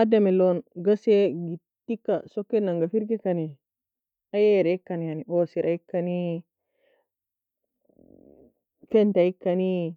Ademilon ghasie gittieka sokin'anga firgikani, ayera ikani yani, ousira ikani, fenta ikani,